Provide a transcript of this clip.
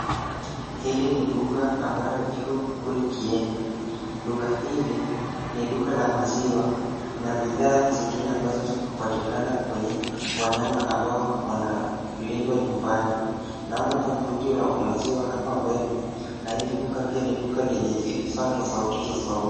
Hili ni duka ambalo iko kule Kieni. Duka hili ni duka la maziwa na bidhaa zingine ambazo hupatikana kwenye wanyama ambao wanalindwa nyumbani. Naona hapa mtungi wa maziwa hapa mbele na hili duka pia ni duka lenye vifaa tofauti tofauti.